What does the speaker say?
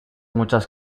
muchas